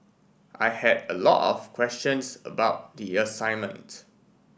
I had a lot of questions about the assignment